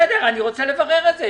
בסדר, אני רוצה לברר את זה.